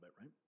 right